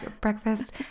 breakfast